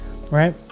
right